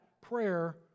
prayer